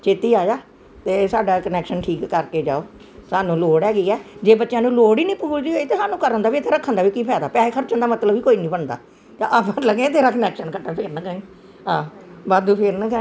ਛੇਤੀ ਆਜਾ ਅਤੇ ਸਾਡਾ ਕਨੈਕਸ਼ਨ ਠੀਕ ਕਰਕੇ ਜਾਓ ਸਾਨੂੰ ਲੋੜ ਹੈਗੀ ਆ ਜੇ ਬੱਚਿਆਂ ਨੂੰ ਲੋੜ ਹੀ ਨਹੀਂ ਪੂਰੀ ਹੋਈ ਤਾਂ ਸਾਨੂੰ ਕਰਨ ਦਾ ਵੀ ਇੱਥੇ ਰੱਖਣ ਦਾ ਵੀ ਕੀ ਫ਼ਾਇਦਾ ਪੈਸੇ ਖਰਚਣ ਦਾ ਮਤਲਬ ਹੀ ਕੋਈ ਨਹੀਂ ਬਣਦਾ ਤਾਂ ਆਪਾਂ ਲੱਗੇ ਤੇਰਾ ਕਨੈਕਸ਼ਨ ਕੱਟਣ ਫਿਰ ਨਾ ਕਹੀਂ ਹਾਂ ਵਾਧੂ ਫਿਰ ਨਾ ਕਹੀਂ